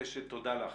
תודה לך.